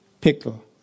pickle